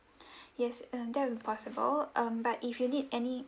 yes um that'll be possible um but if you need any